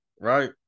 right